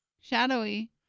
shadowy